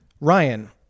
Ryan